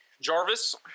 Jarvis